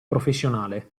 professionale